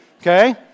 Okay